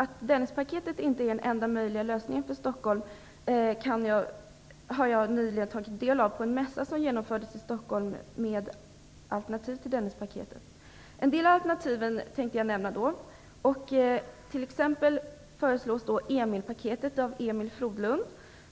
Att Dennispaketet inte är den enda möjliga lösningen för Stockholm har jag nyligen tagit del av på en mässa med alternativ till Dennispaketet som genomfördes i Stockholm. Jag skall nämna en del av dessa alternativ. T.ex. föreslås Emilpaketet av Emil Flodlund,